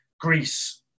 Greece